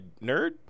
nerd